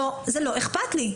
זה לא אכפת לי.